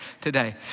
today